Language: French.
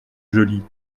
jolie